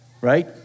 right